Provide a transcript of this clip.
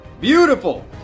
Beautiful